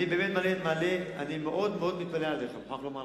אני מאוד מאוד מתפלא עליך, אני מוכרח לומר לך.